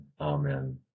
Amen